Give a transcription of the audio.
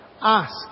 Ask